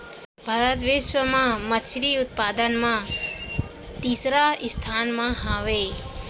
भारत बिश्व मा मच्छरी उत्पादन मा तीसरा स्थान मा हवे